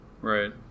Right